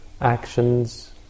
actions